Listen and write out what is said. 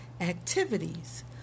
activities